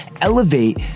elevate